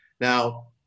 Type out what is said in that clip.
Now